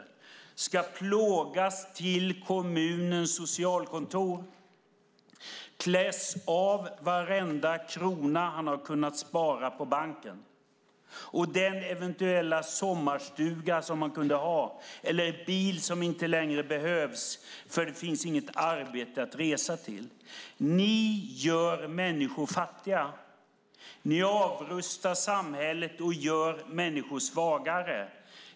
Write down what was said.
I stället ska han plågas till kommunens socialkontor och kläs av varenda krona han har kunnat spara på banken. Man tar den eventuella sommarstuga som han kunde ha eller den bil som inte längre behövs eftersom det inte finns något arbete att resa till. Ni gör människor fattiga. Ni avrustar samhället och gör människor svagare.